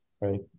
right